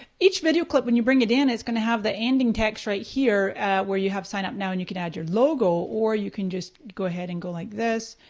each video clip when you bring it in, it's gonna have the ending text right here where you have sign up now and you can add your logo or you can just go ahead and go like this,